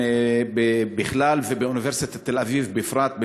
בכלל ובאוניברסיטת תל-אביב בפרט,